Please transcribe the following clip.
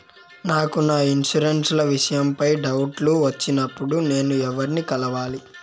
నాకు నా ఇన్సూరెన్సు విషయం పై డౌట్లు వచ్చినప్పుడు నేను ఎవర్ని కలవాలి?